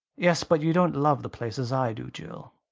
yes. but you don't love the place as i do, jill.